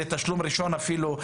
זה תשלום ראשון אפילו.